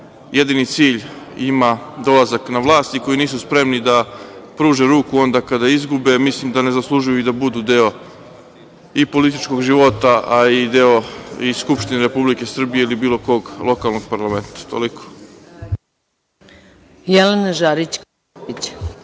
jedini cilj ima dolazak na vlast i koji nisu spremni da pruže ruku onda kada izgube, mislim da ne zaslužuju ni da budu deo i političkog života, a i deo Skupštine Republike Srbije ili bilo kog lokalnog parlamenta. Toliko. **Maja Gojković**